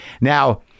Now